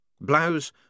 Blouse